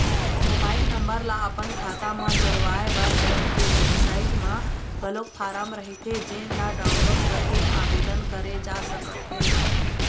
mobile number ल अपन खाता म जोड़वाए बर बेंक के बेबसाइट म घलोक फारम रहिथे जेन ल डाउनलोड करके आबेदन करे जा सकत हे